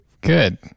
good